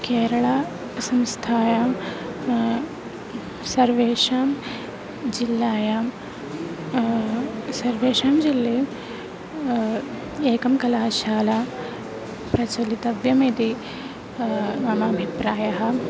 केरलसंस्थायां सर्वेषां जिल्लायां सर्वेषां जिल्ले एकं कलाशाला प्रचलितव्यमिति मम अभिप्रायः